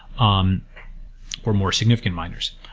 um or more significant miners.